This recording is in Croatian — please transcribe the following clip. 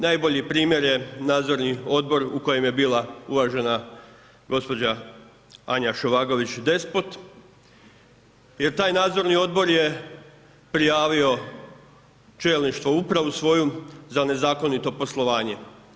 Najbolji primjer je nadzor odbor u kojem je bila uvažena gđa. Anja Šovagović Despot jer taj nadzori odbor je prijavio čelništvu upravu svoju za nezakonito poslovanje.